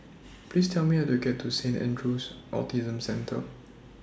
Please Tell Me How to get to Saint Andrew's Autism Centre